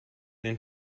den